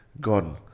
gone